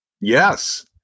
Yes